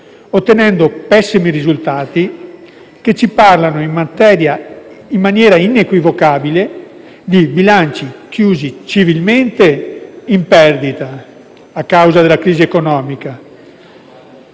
ottenendo pessimi risultati, che ci parlano in maniera inequivocabile di bilanci chiusi civilmente in perdita a causa della crisi economica,